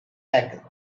egg